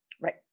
Right